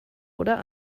oder